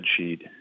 spreadsheet